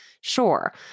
sure